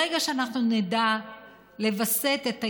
ברגע שאנחנו נדע לווסת את ההתרבות,